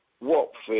Watford